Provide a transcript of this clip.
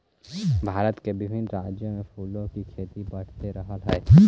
भारत के विभिन्न राज्यों में फूलों की खेती बढ़ते रहलइ हे